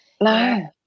no